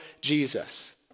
Jesus